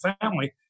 family